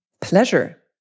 Pleasure